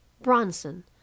Bronson